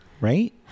Right